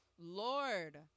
Lord